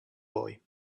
boy